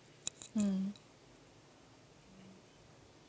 mm